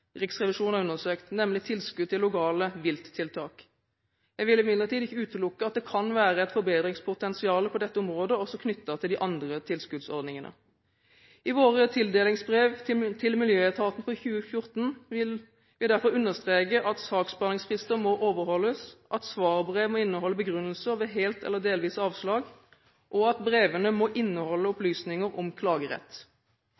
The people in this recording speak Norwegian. Riksrevisjonen har undersøkt, nemlig tilskudd til lokale vilttiltak. Jeg vil imidlertid ikke utelukke at det kan være et forbedringspotensial på dette området også knyttet til de andre tilskuddsordningene. I våre tildelingsbrev til miljøetatene for 2014 vil jeg derfor understreke at saksbehandlingsfrister må overholdes, at svarbrev må inneholde begrunnelser ved helt eller delvise avslag, og at brevene må inneholde